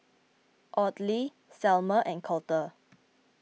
Audley Selmer and Colter